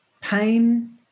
pain